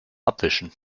abwischen